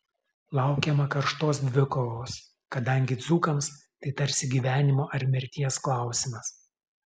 laukiama karštos dvikovos kadangi dzūkams tai tarsi gyvenimo ar mirties klausimas